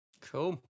Cool